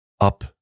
up